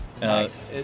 Nice